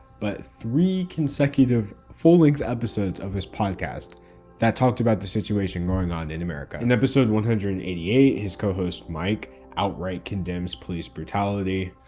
but three consecutive full-length episodes of his podcast that talks about the situation going on in america. in episode one hundred and eighty eight, his co-host, mike outright condemns police brutality.